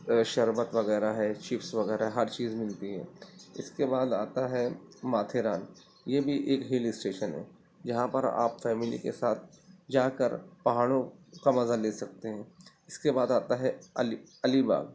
شربت وغیرہ ہے چپس وغیرہ ہے ہر چیز ملتی ہے اس کے بعد آتا ہے ماتھے ران یہ بھی ایک ہل اسٹیشن ہے جہاں پر آپ فیملی کے ساتھ جا کر پہاڑوں کا مزہ لے سکتے ہیں اس کے بعد آتا ہے علی علی باغ